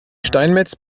steinmetz